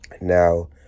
Now